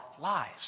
lives